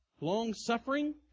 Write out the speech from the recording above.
Long-suffering